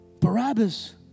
Barabbas